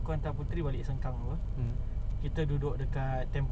ah aku hantar engkau five twenty aku hantar kau di boon keng